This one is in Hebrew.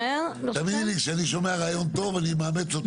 תאמיני לי, כשאני שומע רעיון טוב אני מאמץ אותו.